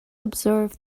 observe